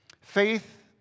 Faith